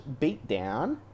beatdown